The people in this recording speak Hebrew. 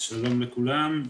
שלום לכולם.